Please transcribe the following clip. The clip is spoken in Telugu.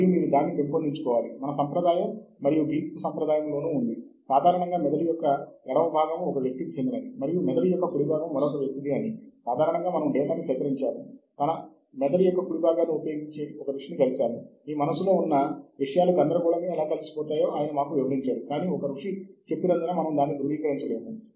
మరియు ఇది చాలా వివాదాస్పదమైన సంఖ్య వివిధ పరిశోధన ప్రాంతాలలో గల వ్యాసాలను ఈ ఇంపాక్ట్ ఫ్యాక్టర్ తో పోల్చలేము